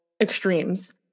extremes